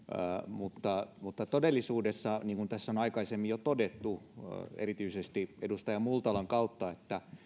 mutta mutta todellisuudessa niin kuin tässä on aikaisemmin jo todettu erityisesti edustaja multalan kautta